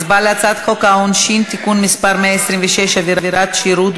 הצבעה על הצעת חוק העונשין (תיקון מס' 126) (עבודת שירות,